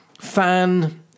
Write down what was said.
fan